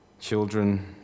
children